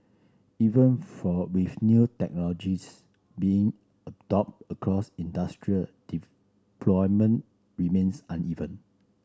even for with new technologies being adopted across industry deployment remains uneven